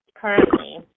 currently